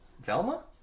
Velma